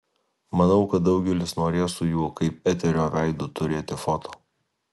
manau kad daugelis norės su juo kaip eterio veidu turėti foto